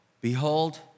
behold